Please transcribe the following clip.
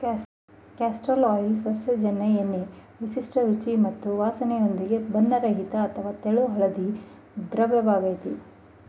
castor oil ಸಸ್ಯಜನ್ಯ ಎಣ್ಣೆ ವಿಶಿಷ್ಟ ರುಚಿ ಮತ್ತು ವಾಸ್ನೆಯೊಂದಿಗೆ ಬಣ್ಣರಹಿತ ಅಥವಾ ತೆಳು ಹಳದಿ ದ್ರವವಾಗಯ್ತೆ